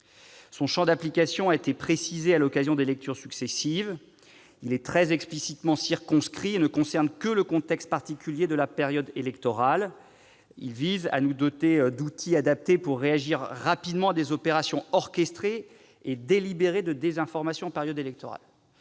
Son champ d'application a été précisé à l'occasion des lectures successives. Il est très explicitement circonscrit et ne concerne que le contexte particulier de la période électorale. Il vise à nous doter d'outils adaptés pour réagir rapidement à des opérations orchestrées et délibérées de désinformation en période électorale.